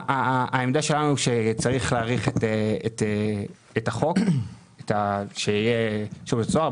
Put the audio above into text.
העמדה שלנו היא שצריך להאריך את החוק בשירות בתי הסוהר.